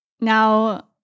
Now